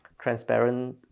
transparent